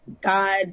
God